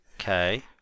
Okay